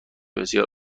بسیار